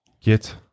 Get